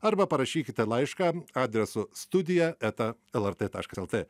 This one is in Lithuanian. arba parašykite laišką adresu studija eta lrt taškas lt